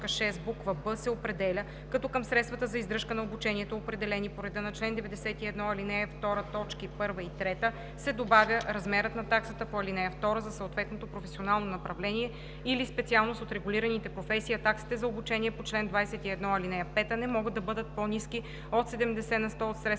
буква „б“ се определя, като към средствата за издръжка на обучението, определени по реда на чл. 91, ал. 2, т. 1 и 3, се добавя размерът на таксата по ал. 2 за съответното професионално направление или специалност от регулираните професии, а таксите за обучение по чл. 21, ал. 5 не могат да бъдат по-ниски от 70 на сто от средствата